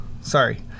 sorry